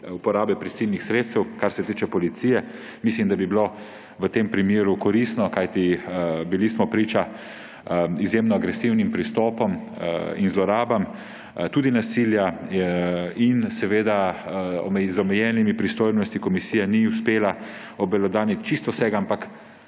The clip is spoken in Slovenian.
uporabe prisilnih sredstev, kar se tiče policije. Mislim, da bi bilo to v tem primeru koristno, kajti bili smo priča izjemno agresivnim pristopom in zlorabam, tudi nasilju. Z omejenimi pristojnostmi komisija ni uspela obelodaniti čisto vsega, ampak